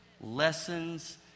lessons